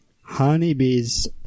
honeybees